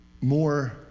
more